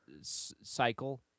cycle